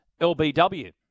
LBW